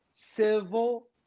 civil